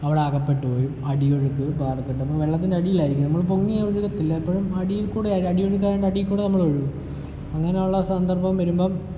അവിടെ അകപ്പെട്ട് പോയി അടിയൊഴുക്ക് പാറക്കെട്ട് അപ്പം വെള്ളത്തിൻ്റെ അടിയിലായിരിക്കും നമ്മൾ പൊങ്ങി വരത്തില്ല എപ്പോഴും അടിയിൽ അടിയൊഴുക്ക് ആയതു കൊണ്ട് അടിയിൽ കൂടി നമ്മൾ ഒഴുകും അങ്ങനെയുള്ള സന്ദർഭം വരുമ്പം